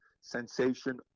sensation